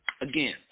again